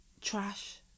trash